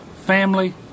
family